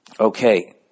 Okay